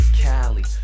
Cali